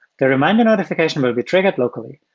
the reminder notification will be triggered locally.